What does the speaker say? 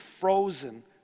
frozen